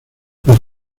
los